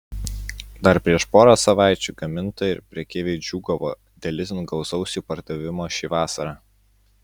dar prieš porą savaičių gamintojai ir prekeiviai džiūgavo dėl itin gausaus jų pardavimo šią vasarą